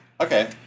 Okay